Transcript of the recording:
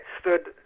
stood